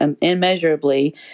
immeasurably